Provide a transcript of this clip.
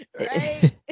Right